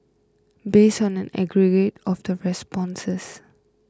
based on an aggregate of the responses